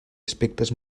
aspectes